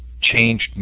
changed